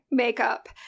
makeup